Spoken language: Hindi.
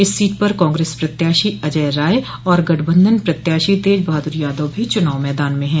इस सीट पर कांग्रेस प्रत्याशी अजय राय और गठबंधन प्रत्याशी तेज बहादुर यादव भी चुनाव मैदान में हैं